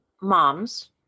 moms